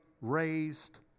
raised